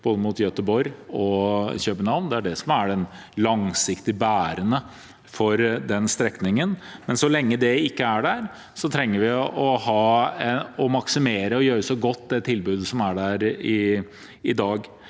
både Göteborg og København. Det er det som er langsiktig bærende for den strekningen. Så lenge det ikke er der, trenger vi å maksimere og gjøre det tilbudet som er der i dag,